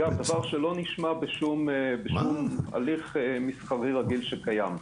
זה לא נשמע בשום הליך מסחרי רגיל שקיים.